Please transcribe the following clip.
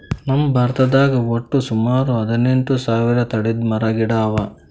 ನಮ್ ಭಾರತದಾಗ್ ವಟ್ಟ್ ಸುಮಾರ ಹದಿನೆಂಟು ಸಾವಿರ್ ತಳಿದ್ ಮರ ಗಿಡ ಅವಾ